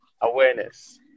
awareness